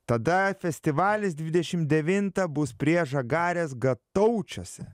tada festivalis dvidešim devintą bus prie žagarės gataučiuose